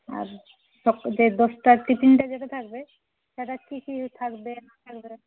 আর সক যে দশটার টিফিনটা যেটা থাকবে সেটা কি কি থাকবে না থাকবে